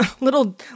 little